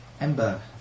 Ember